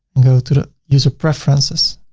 and go through the user preferences,